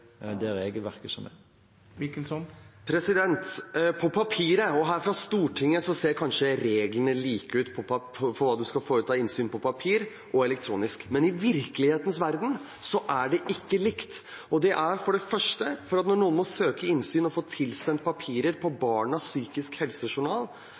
papiret – og her fra Stortinget – ser kanskje reglene like ut for innsyn på papir og elektronisk. Men i virkelighetens verden er det ikke likt. Det er for det første fordi at når man må søke innsyn for å få tilsendt papirer på